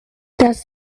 das